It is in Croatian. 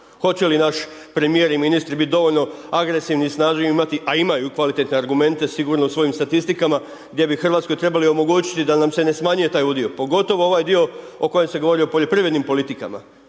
Hoće li naš premijer i ministri bit dovoljno agresivni i snage imati, a imaju kvalitetne argumente u svojim statistikama, gdje bi Hrvatskoj trebali omogućiti da nam se ne smanjuje taj udio, pogotovo ovaj dio o kojem se govori o poljoprivrednim politikama.